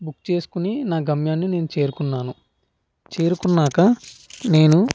book చేసుకుని నా గమ్యాన్ని నేను చేరుకున్నాను చేరుకున్నాక నేను